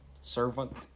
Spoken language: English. servant